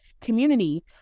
community